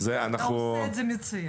אתה עושה את זה מצוין.